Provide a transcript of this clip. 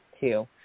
two